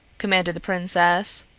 commanded the princess.